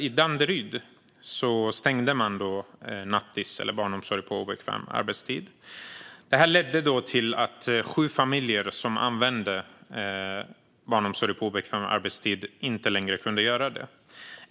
I Danderyd stängde kommunen nattis, alltså barnomsorgen på obekväm arbetstid. Detta ledde till att de sju familjer som utnyttjade det inte längre kunde göra det.